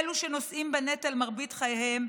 אלו שנושאים בנטל מרבית חייהם,